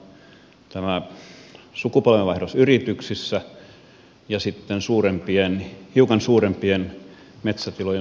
toinen on sukupolvenvaihdos yrityksissä ja sitten on hiukan suurempien metsätilojen sukupolvenvaihdos